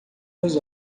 meus